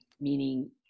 meaning